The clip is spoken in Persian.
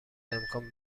امکان